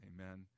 Amen